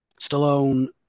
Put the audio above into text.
Stallone